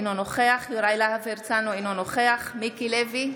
אינו נוכח יוראי להב הרצנו, אינו נוכח מיקי לוי,